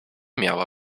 miała